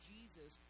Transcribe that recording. Jesus